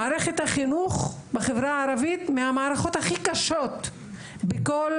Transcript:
מערכת החינוך בחברה הערבית היא מהמערכות הכי קשות בכל